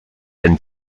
and